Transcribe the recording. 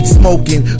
smoking